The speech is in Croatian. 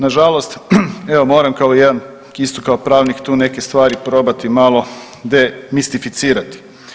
Nažalost, evo moram kao jedan isto kao pravnik tu neke stvari probati malo demistificirati.